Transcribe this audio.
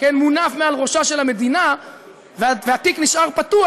מונף מעל ראשה של המדינה והתיק נשאר פתוח,